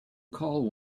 call